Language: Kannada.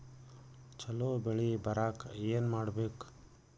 ಛಲೋ ಬೆಳಿ ಬರಾಕ ಏನ್ ಮಾಡ್ಬೇಕ್?